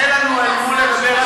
אין לנו מול מי לדבר.